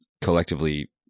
collectively